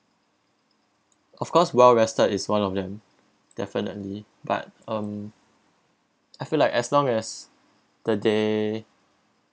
of course well rested is one of them definitely but um I feel like as long as the day